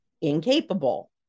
Incapable